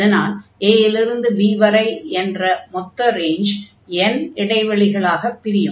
இதனால் a இலிருந்து b வரை என்ற மொத்த ரேஞ்ச் n இடைவெளிகளாகப் பிரியும்